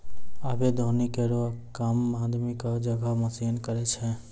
आबे दौनी केरो काम आदमी क जगह मसीन करै छै